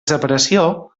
separació